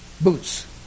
boots